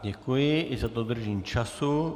Děkuji i za dodržení času.